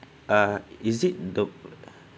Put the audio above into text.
uh is it the